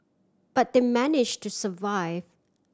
but they manage to survive